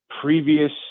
Previous